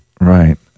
Right